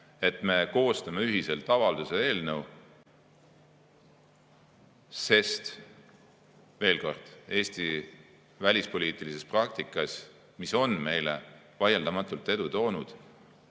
et me koostame ühiselt avalduse eelnõu, sest, veel kord, Eesti välispoliitilises praktikas, mis on meile vaieldamatult edu toonud,